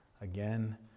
again